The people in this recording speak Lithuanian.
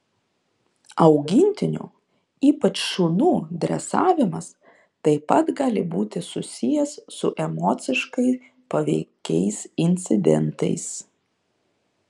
augintinių ypač šunų dresavimas taip pat gali būti susijęs su emociškai paveikiais incidentais